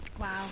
wow